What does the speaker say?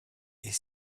est